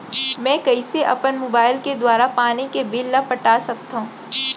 मैं कइसे अपन मोबाइल के दुवारा पानी के बिल ल पटा सकथव?